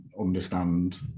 understand